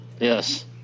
Yes